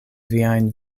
viajn